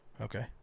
Okay